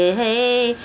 hey